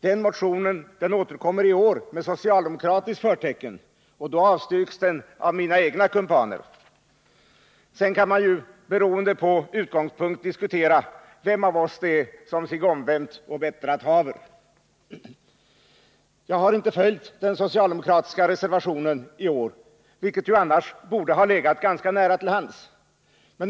I år återkommer en motion med samma innehåll men med socialdemokratiskt förtecken, och då avstyrks den av mina egna kumpaner. Sedan kan man beroende på utgångspunkten diskutera vem av oss det är som sig omvänt och sig bättrat haver. Jag har inte följt den socialdemokratiska reservationen i år, vilket ju annars borde ha legat ganska nära till hands.